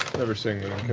never singing